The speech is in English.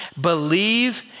believe